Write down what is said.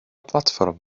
blatfform